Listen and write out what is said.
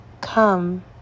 come